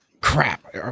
crap